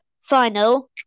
final